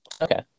Okay